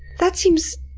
that seems,